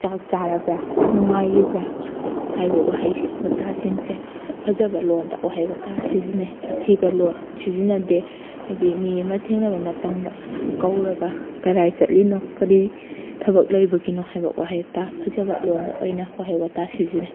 ꯆꯥꯛ ꯆꯥꯔꯕꯔꯥ ꯅꯨꯡꯉꯥꯏꯔꯤꯕ꯭ꯔꯥ ꯍꯥꯏꯕ ꯋꯥꯍꯩ ꯋꯥꯇꯥꯁꯤꯡꯁꯦ ꯐꯖꯕ ꯂꯣꯟꯗ ꯋꯥꯍꯩ ꯋꯥꯇꯥ ꯁꯤꯖꯤꯟꯅꯩ ꯑꯊꯤꯕ ꯂꯣꯟ ꯁꯤꯖꯤꯟꯅꯗꯦ ꯍꯥꯏꯗꯤ ꯃꯤ ꯑꯃ ꯊꯦꯡꯅꯕ ꯃꯇꯝꯗ ꯀꯧꯔꯒ ꯀꯗꯥꯏ ꯆꯠꯂꯤꯅꯣ ꯀꯔꯤ ꯊꯕꯛ ꯂꯩꯕꯒꯤꯅꯣ ꯍꯥꯏꯕ ꯋꯥꯍꯩ ꯋꯥꯇꯥ ꯐꯖꯕ ꯂꯣꯟꯗ ꯑꯣꯏꯅ ꯋꯥꯍꯩ ꯋꯥꯇꯥ ꯁꯤꯖꯤꯟꯅꯩ